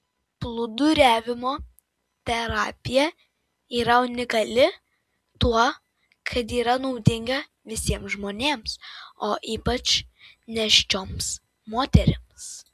plūduriavimo terapija yra unikali tuo kad yra naudinga visiems žmonėms o ypač nėščioms moterims